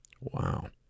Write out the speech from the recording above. Wow